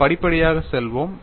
நாம் படிப்படியாக செல்வோம்